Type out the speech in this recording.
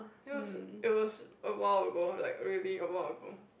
it was it was a while ago like really a while ago